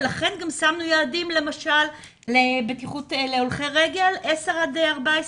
ולכן למשל גם שמנו יעדים לבטיחות הולכי רגל בגילאים 11 עד 14,